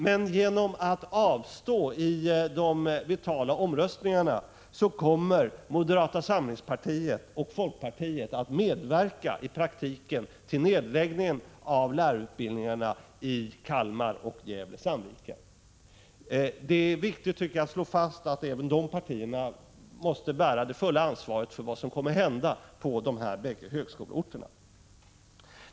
Men genom att avstå i de vitala omröstningarna, kommer moderata samlingspartiet och folkpartiet i praktiken att medverka till nedläggningen av lärarutbildningarna i Kalmar och Gävle-Sandviken. Jag tycker att det viktigt att slå fast att även dessa partier måste bära det fulla ansvaret för vad som kommer att hända på de båda högskoleorterna.